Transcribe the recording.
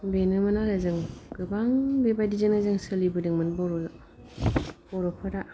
बेनोमोन आरो जों गोबां बेबादिजोंनो जों सोलिबोदोंमोन बर'फोरा